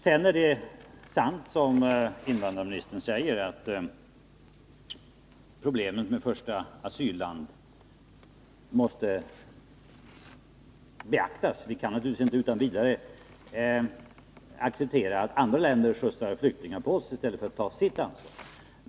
Det är sant som invandrarministern säger att problemet med första asylland måste beaktas. Vi kan naturligtvis inte utan vidare acceptera att andra länder skickar flyktingar till oss utan att ta sitt ansvar.